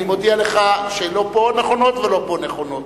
אני מודיע לך שלא פה נכונות ולא פה נכונות,